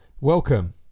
welcome